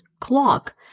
clock